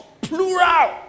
plural